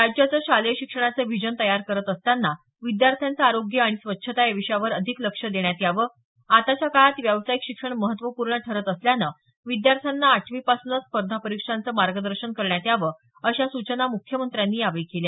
राज्याचं शालेय शिक्षणाचं व्हिजन तयार करत असताना विद्यार्थ्यांचं आरोग्य आणि स्वच्छता या विषयावर अधिक लक्ष देण्यात यावं आताच्या काळात व्यावसायिक शिक्षण महत्वपूर्ण ठरत असल्याने विद्यार्थ्यांना आठवीपासूनच स्पर्धा परीक्षांचे मार्गदर्शन करण्यात यावं अशा सूचना मुख्यमंत्र्यांनी यावेळी केल्या